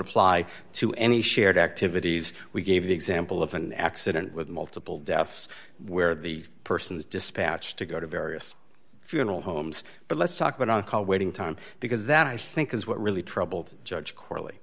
apply to any shared activities we gave the example of an accident with multiple deaths where the person is dispatched to go to various funeral homes but let's talk about on call waiting time because that i think is what really troubled judge